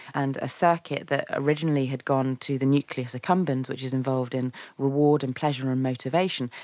and a circuit that originally had gone to the nucleus accumbens which is involved in reward and pleasure and motivation,